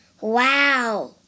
Wow